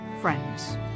friends